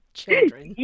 children